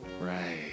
Right